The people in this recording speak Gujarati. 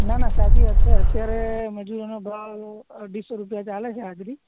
ના ના સાચી વાત છે અત્યારે મજૂરોનો ભાવ અઢીસો રૂપિયા ચાલે છે હાજરી